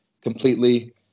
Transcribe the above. completely